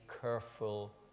careful